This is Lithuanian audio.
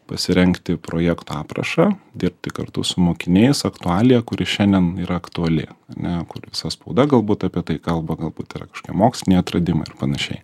pasirengti projekto aprašą dirbti kartu su mokiniais aktualija kuri šiandien yra aktuali ane kur visa spauda galbūt apie tai kalba galbūt yra kažkokie moksliniai atradimai ar panašiai